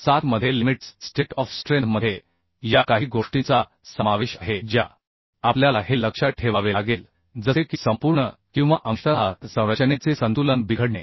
8002007 मध्ये limits state of स्ट्रेंथमध्ये या काही गोष्टींचा समावेश आहे ज्या आपल्याला हे लक्षात ठेवावे लागेल जसे की संपूर्ण किंवा अंशतः संरचनेचे संतुलन बिघडणे